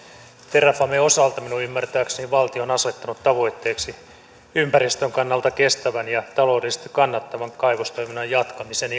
terrafamen osalta minun ymmärtääkseni valtio on asettanut tavoitteeksi ympäristön kannalta kestävän ja taloudellisesti kannattavan kaivostoiminnan jatkamisen